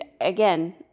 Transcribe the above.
again